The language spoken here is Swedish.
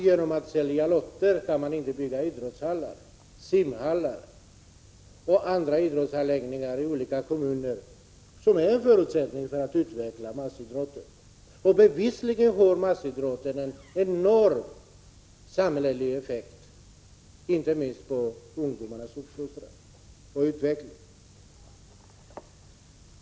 Genom att sälja lotter kan man inte som bekant bygga idrottshallar, simhallar och andra idrottsanläggningar i olika kommuner som är en förutsättning för att utveckla massidrotten. Bevisligen har massidrotten en enorm samhällelig effekt, inte minst på ungdomarnas uppfostran och utveckling.